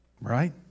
Right